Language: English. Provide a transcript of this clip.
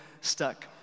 stuck